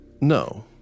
No